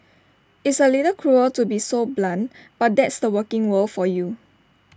it's A little cruel to be so blunt but that's the working world for you